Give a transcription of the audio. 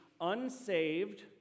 unsaved